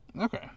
Okay